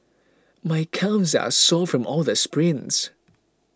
my calves are sore from all the sprints